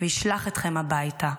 וישלח אתכם הביתה,